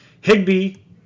Higby